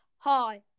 Hi